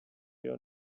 your